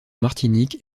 martinique